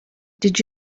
did